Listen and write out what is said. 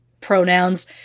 pronouns